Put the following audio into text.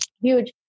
huge